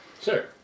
Sir